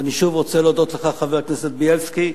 ואני שוב רוצה להודות לך, חבר הכנסת בילסקי,